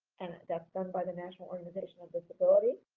and that's run by the national organization on disability.